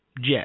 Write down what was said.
Jet